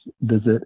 visit